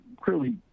clearly